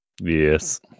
Yes